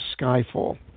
Skyfall